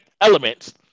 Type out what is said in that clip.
elements